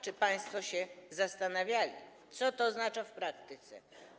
Czy państwo się zastanawiali, co to oznacza w praktyce?